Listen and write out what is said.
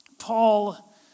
Paul